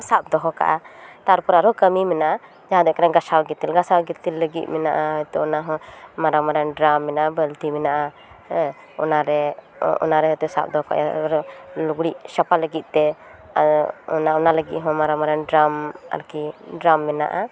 ᱥᱟᱵ ᱫᱚᱦᱚ ᱠᱟᱜᱼᱟ ᱛᱟᱨᱯᱚᱨ ᱟᱨᱚ ᱠᱟᱹᱢᱤ ᱢᱮᱱᱟᱜᱼᱟ ᱡᱟᱦᱟᱸ ᱫᱚ ᱦᱩᱭᱩᱜ ᱠᱟᱱᱟ ᱜᱟᱥᱟᱣ ᱜᱤᱛᱤᱞ ᱜᱟᱥᱟᱣ ᱜᱤᱛᱤᱞ ᱞᱟᱹᱜᱤᱫ ᱢᱮᱱᱟᱜᱼᱟ ᱦᱚᱭᱛᱚ ᱚᱱᱟ ᱦᱚᱸ ᱢᱟᱨᱟᱝ ᱢᱟᱨᱟᱝ ᱰᱮᱨᱟᱢ ᱢᱮᱱᱟᱜᱼᱟ ᱵᱟᱹᱞᱛᱤ ᱢᱮᱱᱟᱜᱼᱟ ᱦᱮᱸ ᱚᱱᱟ ᱨᱮ ᱚᱱᱟ ᱦᱚᱭᱛᱚ ᱥᱟᱵ ᱫᱚᱦᱚ ᱞᱩᱜᱽᱲᱤᱡ ᱥᱟᱯᱷᱟ ᱞᱟᱹᱜᱤᱫ ᱛᱮ ᱚᱱᱟ ᱚᱱᱟ ᱞᱟᱹᱜᱤᱫ ᱦᱚᱸ ᱢᱟᱨᱟᱝ ᱢᱟᱨᱟᱝ ᱰᱮᱨᱟᱢ ᱟᱨᱠᱤ ᱰᱮᱨᱟᱢ ᱢᱮᱱᱟᱜᱼᱟ